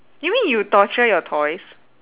you mean you torture your toys